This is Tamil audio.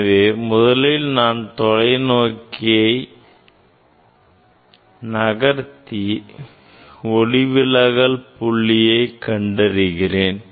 எனவே முதலில் நான் தொலை நோக்கி நகர்த்தி ஒளிவிலகல் புள்ளியை கண்டறிகிறேன்